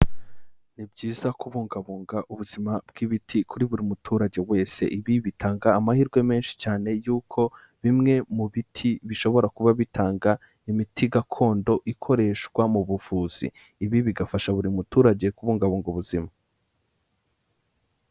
Ni byiza kubungabunga ubuzima bw'ibiti kuri buri muturage wese, ibi bitanga amahirwe menshi cyane yuko bimwe mu biti bishobora kuba bitanga imiti gakondo ikoreshwa mu buvuzi, ibi bigafasha buri muturage kubungabunga ubuzima.